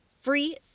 free